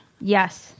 Yes